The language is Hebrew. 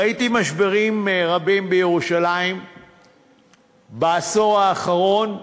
ראיתי משברים רבים בירושלים בעשור האחרון,